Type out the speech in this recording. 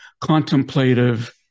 contemplative